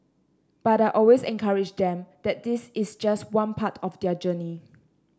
but I always encourage them that this is just one part of their journey